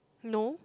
no